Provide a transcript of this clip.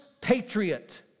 patriot